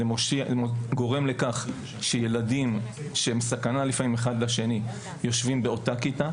זה גורם לכך שילדים שלפעמים הם סכנה אחד לשני יושבים באותה כיתה.